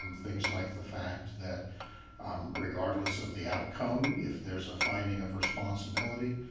things like the fact that um regardless of the outcome, if there's a finding of responsibility,